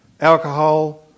alcohol